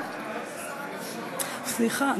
סליחה,